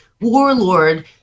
warlord